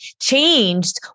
changed